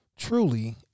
Truly